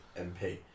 MP